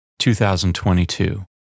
2022